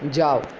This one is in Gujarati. જાવ